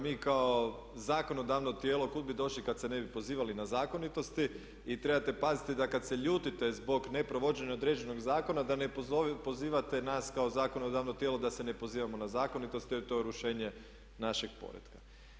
Mi kao zakonodavno tijelo kud bi došli kad se ne bi pozivali na zakonitosti i trebate paziti da kad se ljutite zbog neprovođenja određenog zakona, da ne pozivate nas kao zakonodavno tijelo da se ne pozivamo na zakonitosti jer to je urušenje našeg poretka.